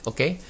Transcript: Okay